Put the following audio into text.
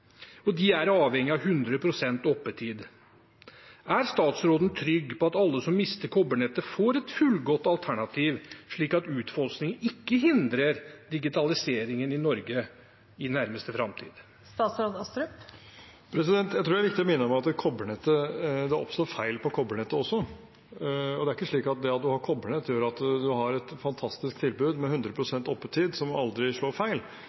De er avhengig av 100 pst. oppetid. Er statsråden trygg på at alle som mister kobbernettet, får et fullgodt alternativ, slik at utfasingen ikke hindrer digitaliseringen i Norge i nærmeste framtid? Jeg tror det er viktig å minne om at det også oppstår feil på kobbernettet. Det er ikke slik at det at man har kobbernett, gjør at man har et fantastisk tilbud med 100 pst. oppetid, som aldri slår feil. Tvert om er det slik at vi stadig opplever flere og flere feil